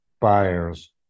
buyers